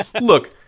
look